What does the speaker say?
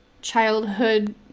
Childhood